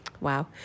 Wow